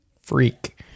Freak